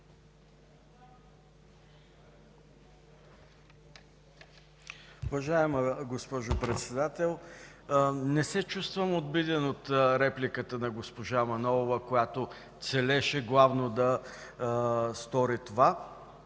Уважаема госпожо Председател, не се чувствам обиден от репликата на госпожа Манолова, която целеше главно да стори това.